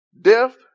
death